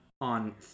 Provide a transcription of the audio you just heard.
on